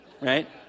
right